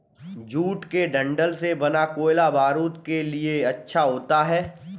jute के डंठल से बना कोयला बारूद के लिए अच्छा होता है